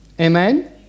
Amen